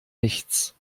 nichts